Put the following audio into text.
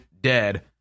dead